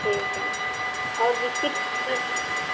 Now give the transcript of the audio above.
ठीक है और बिस्किट सब